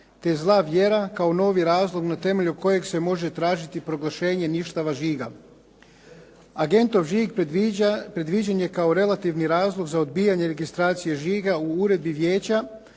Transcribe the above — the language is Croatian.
te zla vjera kao novi razlog na temelju kojeg se može tražiti proglašenje ništava žiga. Agentov žig predviđen je kao relativni razlog za odbijanje registracije žiga u Uredbi Vijeća